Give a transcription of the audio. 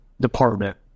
department